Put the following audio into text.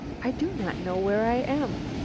i do not know where i am,